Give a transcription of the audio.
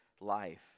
life